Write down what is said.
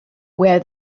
where